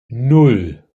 nan